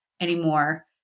anymore